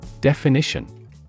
Definition